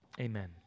Amen